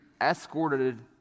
escorted